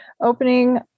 opening